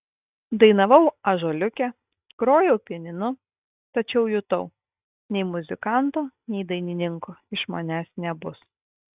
dainavau ąžuoliuke grojau pianinu tačiau jutau nei muzikanto nei dainininko iš manęs nebus